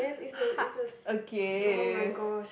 heart again